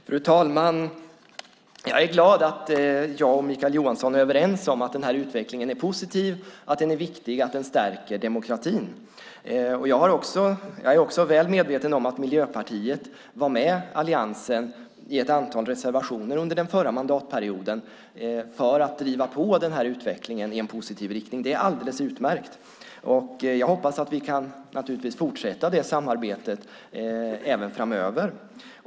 Fru talman! Jag är glad över att jag och Mikael Johansson är överens om att den här utvecklingen är positiv och viktig och att den stärker demokratin. Jag är också väl medveten om att Miljöpartiet var med alliansen i ett antal reservationer under den förra mandatperioden för att driva på utvecklingen i en positiv riktning. Det är alldeles utmärkt, och jag hoppas naturligtvis att vi kan fortsätta det samarbetet även framöver.